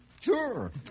Sure